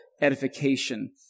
edification